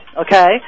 okay